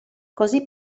così